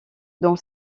dont